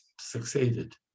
succeeded